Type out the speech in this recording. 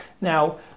Now